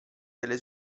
delle